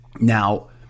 Now